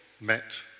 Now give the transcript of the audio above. met